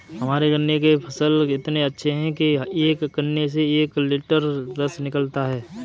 हमारे गन्ने के फसल इतने अच्छे हैं कि एक गन्ने से एक लिटर रस निकालता है